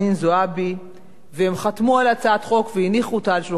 והם חתמו על הצעת החוק והניחו אותה על שולחן הכנסת כבר אז.